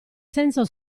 senso